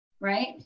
Right